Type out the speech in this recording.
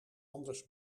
anders